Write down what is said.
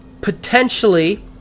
potentially